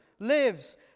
lives